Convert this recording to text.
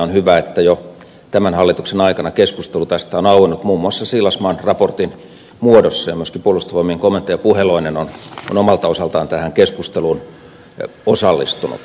on hyvä että jo tämän hallituksen aikana keskustelu tästä on auennut muun muassa siilasmaan raportin muodossa ja myöskin puolustusvoimien komentaja puheloinen on omalta osaltaan tähän keskusteluun osallistunut